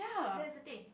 that's the thing